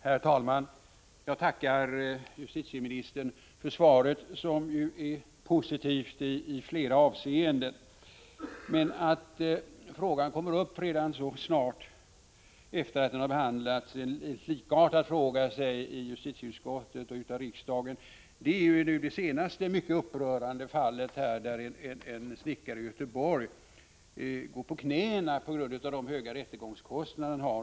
Herr talman! Jag tackar justitieministern för svaret, som ju i flera avseenden är positivt. Att frågan kommer upp så snart efter det att likartade frågor behandlats av justitieutskottet och riksdagen beror på att flera upprörande rättsfall inträffat sedan dess. Det senaste mycket upprörande fallet gäller en snickare i Göteborg som går på knäna på grund av de höga rättegångskostnader han har.